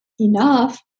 enough